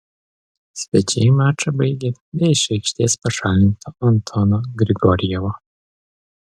svečiai mačą baigė be iš aikštės pašalinto antono grigorjevo